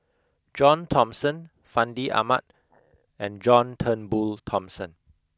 John Thomson Fandi Ahmad and John Turnbull Thomson